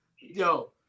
Yo